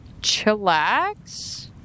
chillax